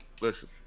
Listen